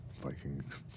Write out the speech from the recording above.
Vikings